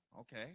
Okay